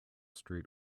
street